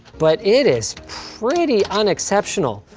but it is pretty unexceptional.